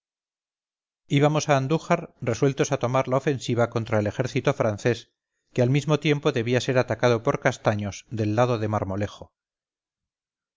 marcha íbamos a andújar resueltos a tomar la ofensiva contra el ejército francés que al mismo tiempo debía ser atacado por castaños del lado de marmolejo